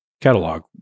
catalog